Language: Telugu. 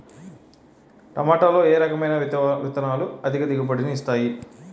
టమాటాలో ఏ రకమైన విత్తనాలు అధిక దిగుబడిని ఇస్తాయి